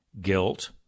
guilt